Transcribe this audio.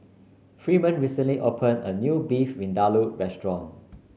Freeman recently opened a new Beef Vindaloo restaurant